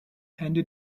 andy